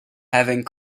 having